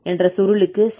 என்ற சுருளலுக்கு சமம்